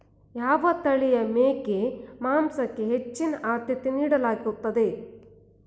ಯಾವ ತಳಿಯ ಮೇಕೆ ಮಾಂಸಕ್ಕೆ ಹೆಚ್ಚಿನ ಆದ್ಯತೆ ನೀಡಲಾಗುತ್ತದೆ?